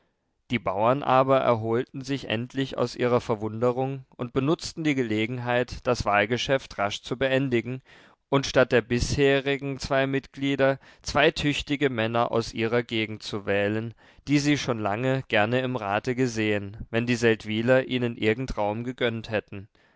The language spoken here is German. die bauern aber erholten sich endlich aus ihrer verwunderung und benutzten die gelegenheit das wahlgeschäft rasch zu beendigen und statt der bisherigen zwei mitglieder zwei tüchtige männer aus ihrer gegend zu wählen die sie schon lange gerne im rate gesehen wenn die seldwyler ihnen irgend raum gegönnt hätten